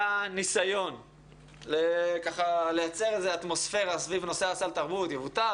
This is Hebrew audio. היה ניסון לייצר אטמוספירה סביב נושא סל התרבות יבוטל,